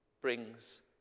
brings